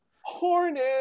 Hornet